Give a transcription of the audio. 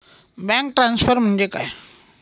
Bank transfer म्हणजे काय?